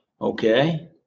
Okay